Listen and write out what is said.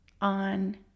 on